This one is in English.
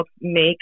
make